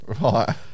Right